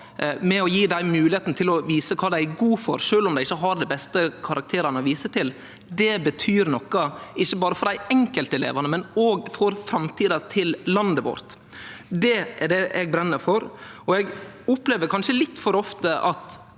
med å gje dei moglegheita til å vise kva dei er gode for, sjølv om dei ikkje har dei beste karakterane å vise til, det betyr noko, ikkje berre for dei enkelte elevane, men òg for framtida til landet vårt. Det er det eg brenn for. Eg opplever kanskje litt for ofte at